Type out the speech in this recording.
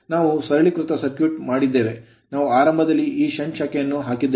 ನಾವು ಸರಳೀಕೃತ ಸರ್ಕ್ಯೂಟ್ ಮಾಡಿದ್ದೇವೆ ನಾವು ಆರಂಭದಲ್ಲಿ ಈ shunt ಷಂಟ್ ಶಾಖೆಯನ್ನು ಹಾಕಿದ್ದೇವೆ